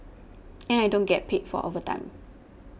and I don't get paid for overtime